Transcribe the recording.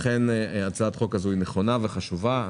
לכן, הצעת החוק הזאת נכונה וחשובה.